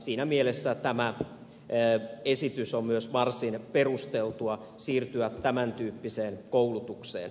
siinä mielessä tämä esitys on myös varsin perusteltua siirtyä tämän tyyppiseen koulutukseen